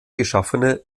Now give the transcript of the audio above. geschaffene